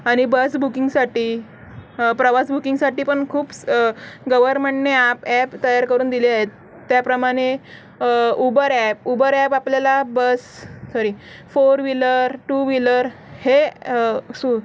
आणि बस बुकिंगसाठी प्रवास बुकिंगसाठी पण खूप स गवर्मेंटने आप ॲप तयार करून दिले आहेत त्याप्रमाणे उबर ॲप उबर ॲप आपल्याला bus sorry four wheeler two wheeler हे सु